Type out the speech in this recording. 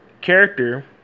character